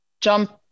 jump